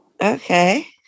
Okay